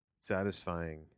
satisfying